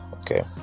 Okay